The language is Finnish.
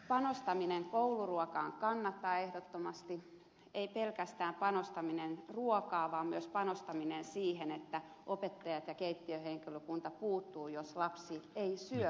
panostaminen kouluruokaan kannattaa ehdottomasti ei pelkästään panostaminen ruokaan vaan myös panostaminen siihen että opettajat ja keittiöhenkilökunta puuttuvat jos lapsi ei syö sitä hyvää kouluruokaa